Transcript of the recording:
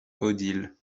odile